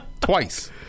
twice